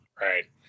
Right